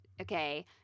okay